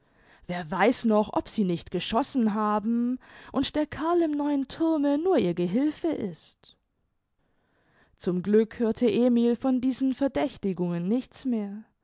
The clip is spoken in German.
wer weiß noch ob sie nicht geschossen haben und der kerl im neuen thurme nur ihr gehilfe ist zum glück hörte emil von diesen verdächtigungen nichts mehr